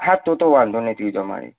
હા તો તો વાંધો નહીં બીજા માળે